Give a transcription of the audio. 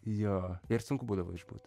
jo ir sunku būdavo išbūt